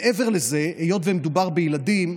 מעבר לזה, היות שמדובר בילדים,